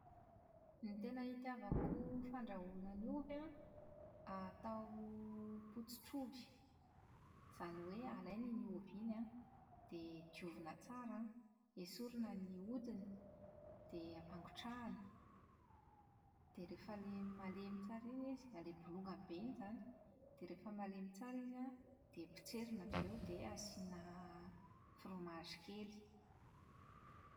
Ny tena hitiavako fandrahoana ny ovy an, atao potsitr'ovy, izany hoe alaina iny ovy iny an, dia diovina tsara an, esorina ny hodiny dia ampangotrahina. Dia rehefa ilay malemy tsara izy - ilay bolongany be iny izany, dia rehefa malemy tsara izy an dia potserina avy eo dia > asiana fromazy kely.